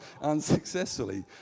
unsuccessfully